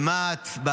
במה"ט,